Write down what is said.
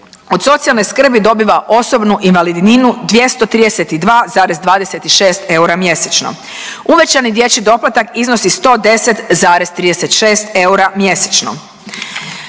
Od socijalne skrbi dobiva osobnu invalidninu 232,26 eura mjesečno, uvećani dječji doplatak iznosi 110,36 eura mjesečno,